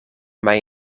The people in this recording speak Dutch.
mij